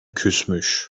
küsmüş